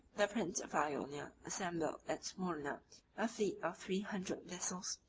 the prince of ionia assembled at smyrna a fleet of three hundred vessels,